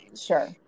Sure